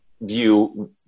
view